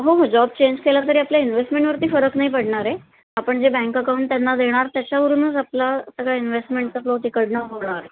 हो हो job change केला तरी आपल्या इन्वेहेस्टेंटवरती फरक नाही पडणार आहे आपण जे बँक अकाऊंट त्यांना देणार त्याच्यावरूनच आपला सगळा इन्वेस्टमेंट चा तिकडनं होणार आहे